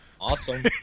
awesome